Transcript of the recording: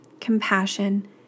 compassion